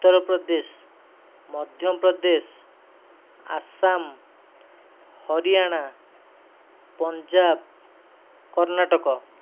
Uttar Pradesh Madhya Pradesh Assam Haryana Punjab Karnataka